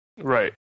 Right